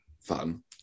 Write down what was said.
fun